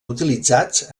utilitzats